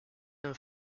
uns